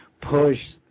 push